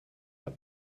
hat